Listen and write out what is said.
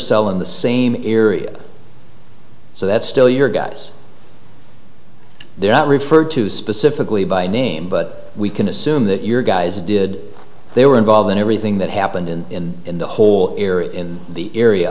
cell in the same era so that's still your guys they're not referred to specifically by name but we can assume that your guys did they were involved in everything that happened in the whole area in the area